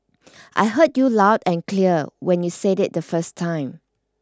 I heard you loud and clear when you said it the first time